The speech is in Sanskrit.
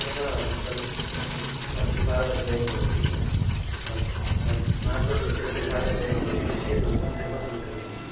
पुनः कल्पे भवति विभागद्वयं भवति स्मार्थसूत्रे तु विभागद्वयं भवति गृह्यसूत्रं धर्मसूत्रमिति